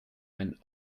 ein